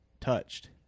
touched